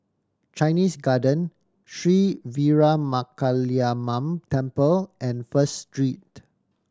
Chinese Garden Sri Veeramakaliamman Temple and First Street